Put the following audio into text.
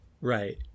Right